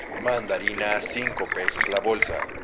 manderinas, cinco pesos la bolsa.